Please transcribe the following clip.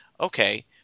okay